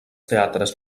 teatres